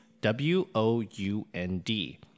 w-o-u-n-d